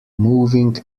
moving